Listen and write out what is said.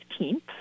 15th